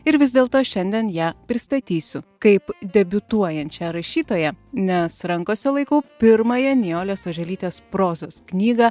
ir vis dėlto šiandien ją pristatysiu kaip debiutuojančią rašytoją nes rankose laikau pirmąją nijolės oželytės prozos knygą